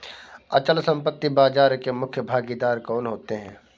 अचल संपत्ति बाजार के मुख्य भागीदार कौन होते हैं?